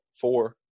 four